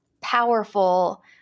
powerful